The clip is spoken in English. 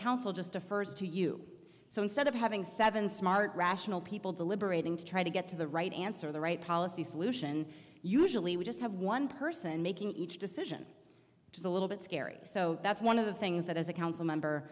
council just a first to you so instead of having seven smart rational people deliberating to try to get to the right answer the right policy solution usually we just have one person making each decision which is a little bit scary so that's one of the things that as a council member